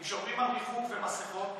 אם שומרים על ריחוק ומסכות,